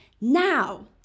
Now